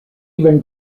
even